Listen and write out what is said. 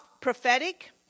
prophetic